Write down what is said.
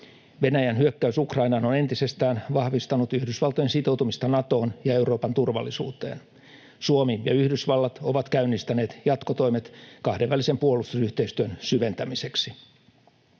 Venäjän hyökkäys Ukrainaan on entisestään vahvistanut Yhdysvaltojen sitoutumista Natoon ja Euroopan turvallisuuteen. Suomi ja Yhdysvallat ovat käynnistäneet jatkotoimet kahdenvälisen puolustusyhteistyön syventämiseksi.